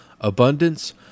abundance